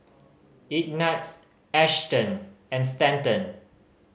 Ignatz Ashton and Stanton